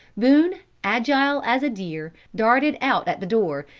boone, agile as a deer, darted out at the door,